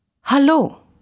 Hallo